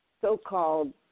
so-called